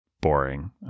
boring